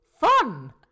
Fun